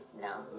No